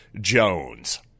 Jones